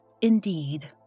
indeed